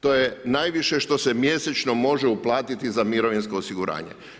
To je najviše što se mjesečno može uplatiti za mirovinsko osiguranje.